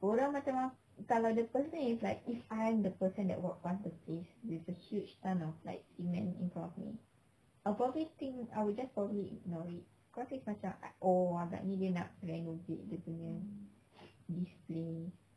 orang macam ak~ kalau the person is like if I'm the person that walk past the place with the huge ton of like cement in front of me I'll probably think I would just probably ignore it because it's macam oh agaknya dia nak renovate dia punya this place